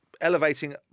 elevating